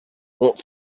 want